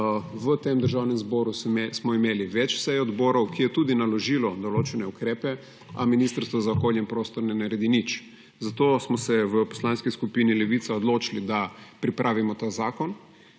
V Državnem zboru smo imeli več sej odbora, ki je tudi naložil določene ukrepe, a Ministrstvo za okolje in prostor ne naredi ničesar. Zato smo se v Poslanski skupini Levica odločili, da pripravimo ta zakon,